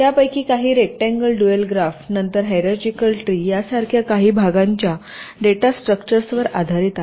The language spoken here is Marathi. त्यापैकी काही रेक्त्यांगल ड्युअल ग्राफ नंतर हिरर्चिकल ट्री यासारख्या काही भागांच्या डेटा स्ट्रक्चर्सवर आधारित आहेत